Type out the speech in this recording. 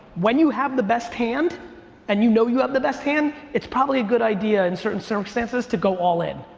when you have the best hand and you know you have the best hand, it's probably a good idea in certain circumstances to go all in.